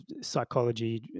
psychology